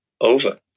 over